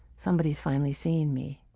somebody's finally seeing me.